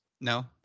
No